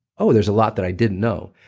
oh, there's a lot that i didn't know.